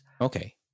Okay